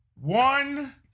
one